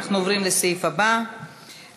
אנחנו עוברים לסעיף הבא,